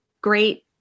great